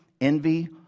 envy